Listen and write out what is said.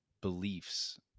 beliefs